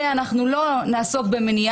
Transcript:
אנחנו ידענו לאבחן אפילו בקורונה במקום